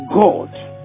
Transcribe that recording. god